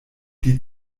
die